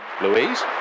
Louise